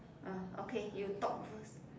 oh okay you talk first